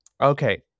Okay